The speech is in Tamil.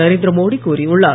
நரேந்திரமோடி கூறியுள்ளார்